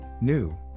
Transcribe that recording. New